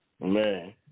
Man